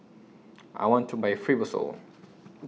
I want to Buy Fibrosol